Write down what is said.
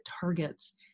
targets